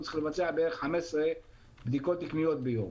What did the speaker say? הוא צריך לבצע בערך 15 בדיקות תקינות ביום,